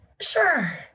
Sure